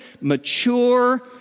mature